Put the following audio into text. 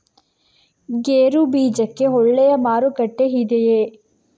ಗೇರು ಬೀಜಕ್ಕೆ ಒಳ್ಳೆಯ ಮಾರುಕಟ್ಟೆ ಇದೆಯೇ?